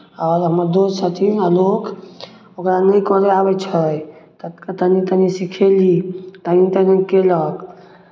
आओर हमर दोस्त छथिन आलोक ओकरा नहि करय आबै छै तनी तनी सिखयली तनी तनी कयलक